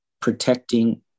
protecting